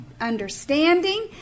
understanding